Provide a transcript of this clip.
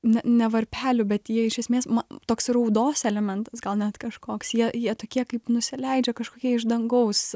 ne ne varpelių bet jie iš esmės ma toks raudos elementas gal net kažkoks jie jie tokie kaip nusileidžia kažkokie iš dangaus